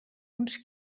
uns